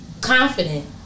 confident